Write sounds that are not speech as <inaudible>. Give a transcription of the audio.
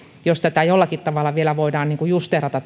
jos tätä oppimateriaalilisää jollakin tavalla vielä voidaan justeerata <unintelligible>